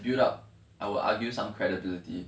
built up our argue some credibility